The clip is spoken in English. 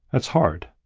that's hard.